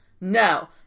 no